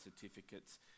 certificates